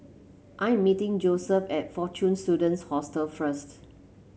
I am meeting Joeseph at Fortune Students Hostel first